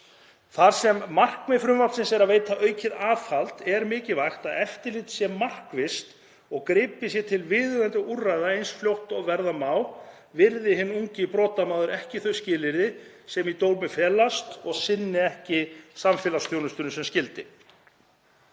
Þar sem markmið frumvarpsins er að veita aukið aðhald er mikilvægt að eftirlitið sé markvisst og gripið sé til viðeigandi úrræða eins fljótt og verða má virði hinn ungi brotamaður ekki þau skilyrði sem í dómi felast og sinni ekki samfélagsþjónustu sem skyldi.